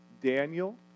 Daniel